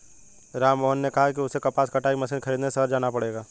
राममोहन ने कहा कि उसे कपास कटाई मशीन खरीदने शहर जाना पड़ेगा